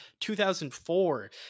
2004